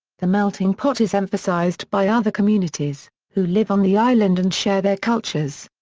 the melting pot is emphasized by other communities, who live on the island and share their cultures.